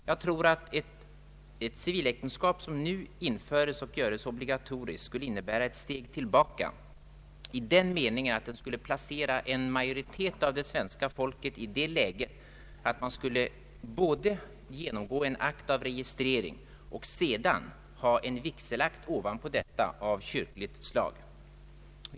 Jag tror att ett civiläktenskap som nu införes och görs obligatoriskt skulle innebära ett steg tillbaka i den meningen att det skulle placera en majoritet av det svenska folket i det läget att man skulle både genomgå en akt av regi strering och sedan ha en vigselakt av kyrkligt slag ovanpå.